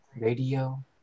Radio